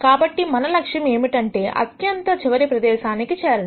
కాబట్టి మన లక్ష్యం ఏమిటంటే అత్యంత చివరి ప్రదేశానికి చేరడం